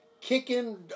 kicking